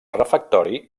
refectori